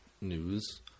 news